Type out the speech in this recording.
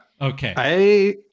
Okay